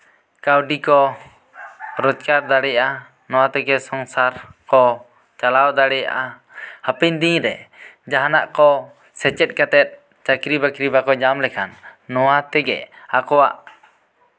ᱠᱟ ᱣᱰᱤ ᱠᱚ ᱨᱚᱡᱠᱟᱨ ᱫᱟᱲᱮᱭᱟᱜᱼᱟ ᱱᱚᱣᱟ ᱛᱮᱜᱮ ᱥᱚᱝᱥᱟᱨ ᱠᱚ ᱪᱟᱞᱟᱣ ᱫᱟᱲᱮᱭᱟᱜᱼᱟ ᱦᱟᱯᱮᱱ ᱫᱤᱱ ᱨᱮ ᱡᱟᱦᱟᱱᱟᱜ ᱠᱚ ᱥᱮᱪᱮᱫ ᱠᱟᱛᱮ ᱪᱟᱠᱨᱤᱼᱵᱟᱠᱨᱤ ᱵᱟᱠᱚ ᱧᱟᱢ ᱞᱮᱠᱷᱟᱱ ᱱᱚᱣᱟ ᱛᱮᱜᱮ ᱟᱠᱚᱣᱟᱜ